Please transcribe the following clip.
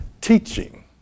teaching